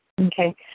Okay